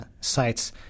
sites